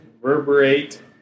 reverberate